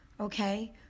Okay